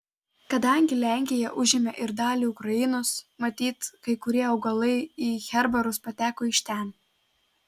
kadangi lenkija užėmė ir dalį ukrainos matyt kai kurie augalai į herbarus pateko iš ten